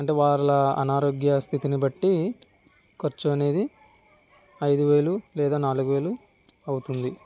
అంటే వాళ్ళ అనారోగ్య స్థితిని బట్టి ఖర్చు అనేది ఐదు వేలు లేదా నాలుగు వేలు అవుతుంది